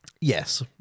Yes